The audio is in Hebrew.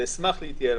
ואשמח להתייעל,